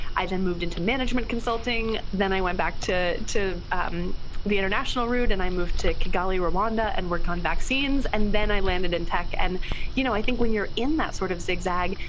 i then moved into management consulting. then i went back to to the international route and i moved to kigali, rwanda and worked on vaccines, and then i landed in tech, and you know i think when you're in that sort of zigzag,